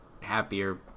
happier